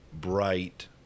bright